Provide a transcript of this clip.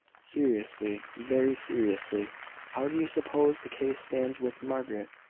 seriously very seriously how do you suppose the case stands with margaret?